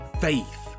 faith